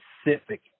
specific